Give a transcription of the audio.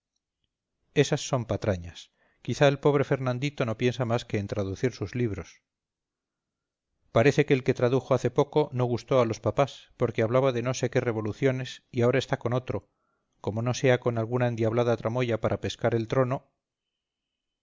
esas son patrañas quizás el pobre fernandito no piensa más que en traducir sus libros parece que el que tradujo hace poco no gustó a los papás porque hablaba de no sé qué revoluciones y ahora está con otro como no sea alguna endiablada tramoya para pescar el trono